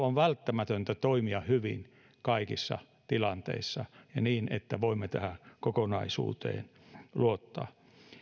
on välttämätöntä toimia hyvin kaikissa tilanteissa ja niin että voimme tähän kokonaisuuteen luottaa